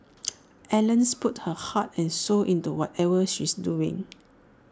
Ellen's puts her heart and soul into whatever she's doing